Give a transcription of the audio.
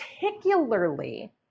particularly